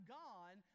gone